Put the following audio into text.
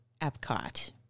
Epcot